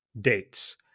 dates